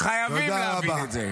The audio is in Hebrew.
חייבים להבין את זה.